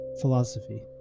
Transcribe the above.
philosophy